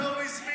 זה לא הוא הזמין,